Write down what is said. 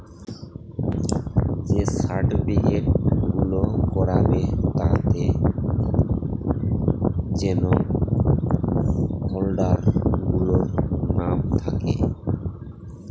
যে সার্টিফিকেট গুলো করাবে তাতে যেন হোল্ডার গুলোর নাম থাকে